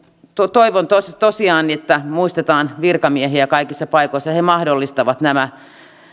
toivon tosiaan että muistetaan virkamiehiä kaikissa paikoissa he he mahdollistavat nämä